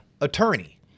Attorney